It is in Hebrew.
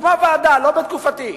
הוקמה ועדה, לא בתקופתי,